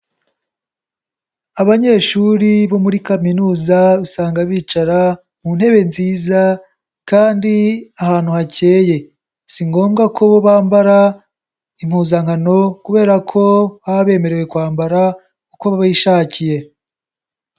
Abanyeshuri bo muri kaminuza usanga bicara mu ntebe nziza kandi ahantu hakeye, si ngombwa ko bambara impuzankano kubera ko baba bemerewe kwambara uko bishakiye.